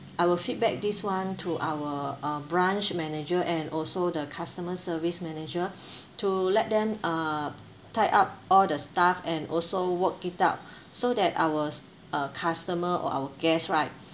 I will feedback this [one] to our uh branch manager and also the customer service manager to let them uh tied up all the stuff and also work it out so that ours uh customer or our guest right